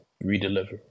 re-deliver